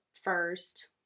first